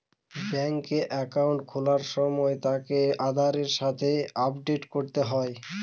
ব্যাঙ্কে একাউন্ট খোলার সময় তাকে আধারের সাথে আপডেট করতে হয়